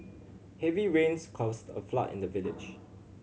heavy rains caused a flood in the village